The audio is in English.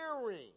Hearing